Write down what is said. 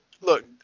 look